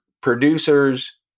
producers